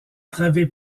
travée